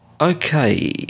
Okay